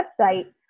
website